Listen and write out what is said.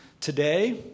Today